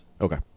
okay